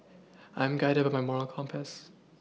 I am guided by my moral compass